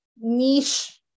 niche